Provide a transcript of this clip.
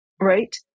right